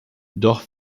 doch